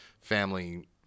family